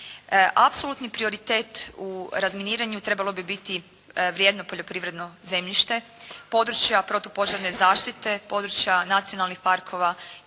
Apsolutni prioritet u razminiranju trebalo bi biti vrijedno poljoprivredno zemljište, područja protupožarne zaštite, područja nacionalnih parkova